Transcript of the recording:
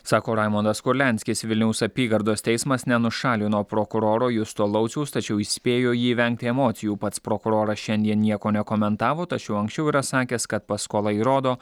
sako raimundas kurlianskis vilniaus apygardos teismas nenušalino prokuroro justo lauciaus tačiau įspėjo jį vengti emocijų pats prokuroras šiandien nieko nekomentavo tačiau anksčiau yra sakęs kad paskola įrodo